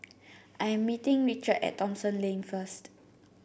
I am meeting Richard at Thomson Lane first